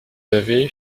avez